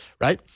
right